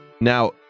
Now